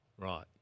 Right